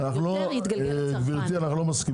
יותר יתגלגל לצרכן.